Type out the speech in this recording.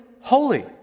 holy